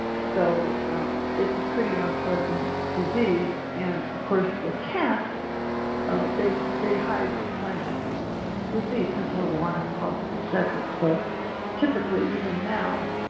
so it's a pretty unpleasant disease, and of course with cats they so they hide signs of disease until the last possible second. so typically even now